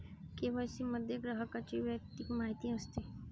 KYC मध्ये ग्राहकाची वैयक्तिक माहिती असते